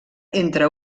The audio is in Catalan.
entre